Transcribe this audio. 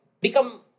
become